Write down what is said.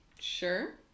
Sure